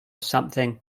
something